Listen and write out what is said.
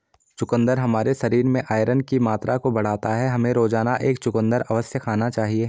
चुकंदर हमारे शरीर में आयरन की मात्रा को बढ़ाता है, हमें रोजाना एक चुकंदर अवश्य खाना चाहिए